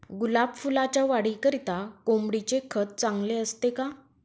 गुलाब फुलाच्या वाढीकरिता कोंबडीचे खत चांगले असते का?